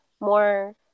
more